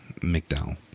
McDowell